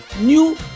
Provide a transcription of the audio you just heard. new